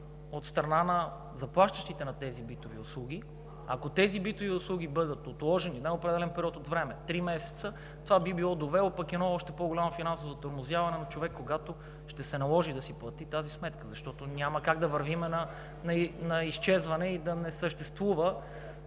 От страна на заплащащите на тези битови услуги. Ако тези битови услуги бъдат отложени за определен период от време – три месеца, това би било довело пък до едно още по голямо финансово затормозяване на човек, когато ще се наложи да си плати тази сметка. Защото няма как да вървим на изчезване и да не съществува